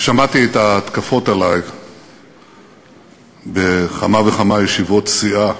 שמעתי את ההתקפות עלי בכמה וכמה ישיבות סיעה